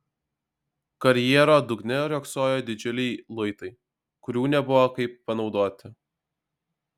karjero dugne riogsojo didžiuliai luitai kurių nebuvo kaip panaudoti